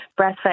Breastfed